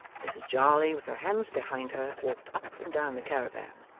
mrs jarley with her hands behind her walked up and down the caravan,